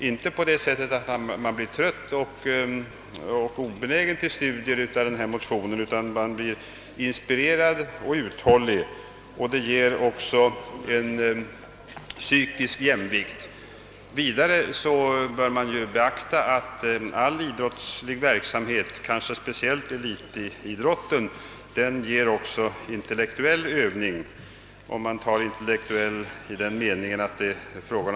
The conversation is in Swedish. Inte på det sättet att man blir trött och obenägen till studier av ifrågavarande motion, utan man blir inspirerad och uthållig. Den medför också en psykisk jämvikt. Vidare bör vi beakta att all idrottslig verksamhet, speciellt kanske elitidrotten, också ger intellektuell övning i den meningen att intelligensen uppövas.